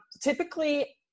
typically